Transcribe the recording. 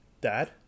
Dad